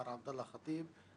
מר עבדאללה חטיב,